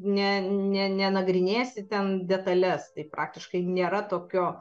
ne ne nenagrinėsi ten detales tai praktiškai nėra tokio